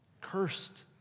Cursed